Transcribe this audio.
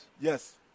Yes